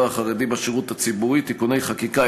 החרדי בשירות הציבורי (תיקוני חקיקה),